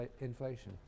inflation